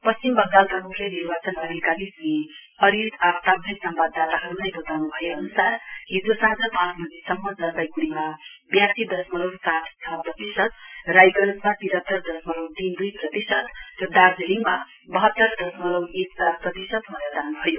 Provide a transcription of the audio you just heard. प्रश्चिम बंगालका म्ख्य निर्वाचन अधिकारी श्री अरिज आफ्तावले सम्वाददाताहरूलाई बताउनु भए अनुसार हिजो साँझ पाँच बजीसम्म जलपाइगुड़ीमा ब्यासी दशमलउ सात छ प्रतिशत रायगञ्जमा तिरातर दशमलउ तीन दुई प्रतिशत र दार्जीलिङमा बहत्तर दशमलउ एकचार प्रतिशत मनदान भयो